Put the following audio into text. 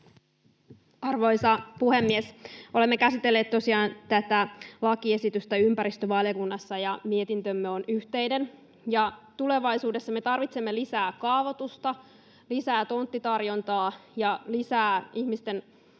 Arvoisa puhemies! Olemme käsitelleet tosiaan tätä lakiesitystä ympäristövaliokunnassa, ja mietintömme on yhteinen. Tulevaisuudessa me tarvitsemme lisää kaavoitusta, lisää tonttitarjontaa ja lisää ihmisten tarpeisiin